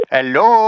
Hello